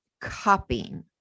copying